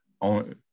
on